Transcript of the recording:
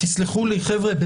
תסלחו לי, חבר'ה,